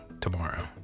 tomorrow